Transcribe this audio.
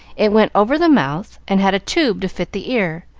it went over the mouth, and had a tube to fit the ear,